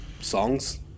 songs